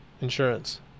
Insurance